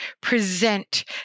present